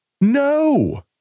No